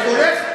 אתה יודע מה?